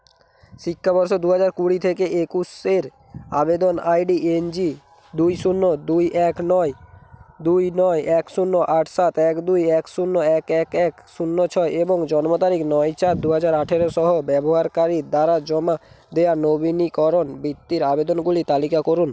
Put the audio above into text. শিক্ষাবর্ষ দু হাজার কুড়ি থেকে একুশের আবেদন আই ডি এন জি দুই শূন্য দুই এক নয় দুই নয় এক শূন্য আট সাত এক দুই এক শূন্য এক এক এক শূন্য ছয় এবং জন্ম তারিখ নয় চার দু হাজার আঠেরো সহ ব্যবহারকারীর দ্বারা জমা দেওয়া নবীনিকরণ বৃত্তির আবেদনগুলি তালিকা করুন